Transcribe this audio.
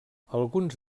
alguns